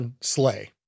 Slay